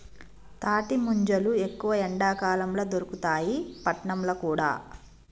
తాటి ముంజలు ఎక్కువ ఎండాకాలం ల దొరుకుతాయి పట్నంల కూడా